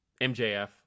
MJF